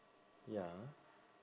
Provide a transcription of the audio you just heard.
ya